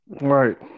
Right